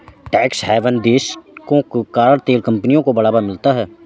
tax haven देशों के कारण तेल कंपनियों को बढ़ावा मिलता है